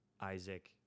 Isaac